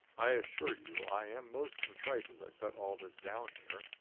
i assure you, i am most contrite as i set all this down here.